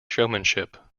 showmanship